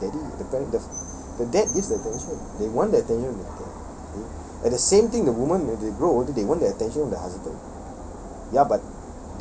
cause they need the attention the daddy the par~ the f~ the dad gives the attention they want that attention from their dad and the same thing the woman when they grow older they want the attention of the husband